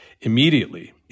immediately